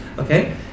Okay